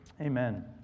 Amen